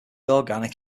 organic